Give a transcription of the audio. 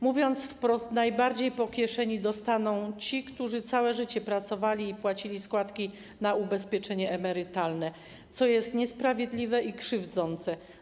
Mówiąc wprost, najbardziej po kieszeni dostaną ci, którzy całe życie pracowali i płacili składki na ubezpieczenie emerytalne, co jest niesprawiedliwe i krzywdzące.